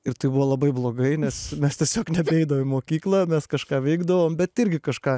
ir tai buvo labai blogai nes mes tiesiog nebeeidavom į mokyklą mes kažką veikdavome bet irgi kažką